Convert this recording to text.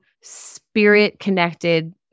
spirit-connected